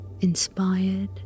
inspired